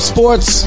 Sports